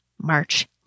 March